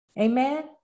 amen